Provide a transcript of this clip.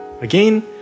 again